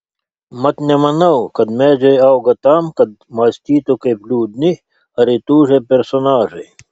mat nemanau kad medžiai auga tam kad mąstytų kaip liūdni ar įtūžę personažai